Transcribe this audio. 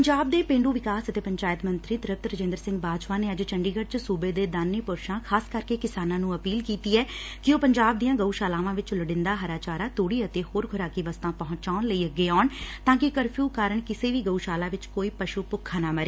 ਪੰਜਾਬ ਦੇ ਪੇਂਡੂ ਵਿਕਾਸ ਅਤੇ ਪੰਚਾਇਤ ਮੰਤਰੀ ਤ੍ਰਿਪਤ ਰਜਿੰਦਰ ਸਿੰਘ ਬਾਜਵਾ ਨੇ ਅੱਜ ਚੰਡੀਗੜ ਵਿਚ ਸੂਬੇ ਦੇ ਦਾਨੀ ਪੁਰਸਾਂ ਖਾਸ ਕਰ ਕੇ ਕਿਸਾਨਾਂ ਨੂੰ ਅਪੀਲ ਕੀਤੀ ਐ ਕਿ ਉਹ ਪੰਜਾਬ ਦੀਆਂ ਗਉਸ਼ਾਲਾਵਾਂ ਵਿਚ ਲੋੜੀਦਾ ਹਰਾ ਚਾਰਾ ਤੁੜੀ ਅਤੇ ਹੋਰ ਖ਼ੁਰਾਕੀ ਵਸਤਾਂ ਪਹੁੰਚਾਉਣ ਲਈ ਅੱਗੇ ਆਉਣ ਤਾਂ ਕਿ ਕਰਫਿਉ ਕਾਰਨ ਕਿਸੇ ਵੀ ਗਊਸ਼ਾਲਾ ਵਿਚ ਕੋਈ ਪਸ਼ੁ ਭੂੱਖਾ ਨਾ ਮਰੇ